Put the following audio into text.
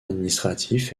administratif